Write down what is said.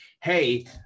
Hey